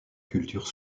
culture